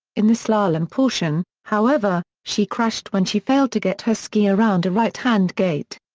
in the slalom portion, however, she crashed when she failed to get her ski around a right-hand gate.